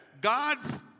God's